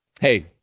Hey